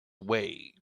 way